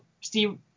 Steve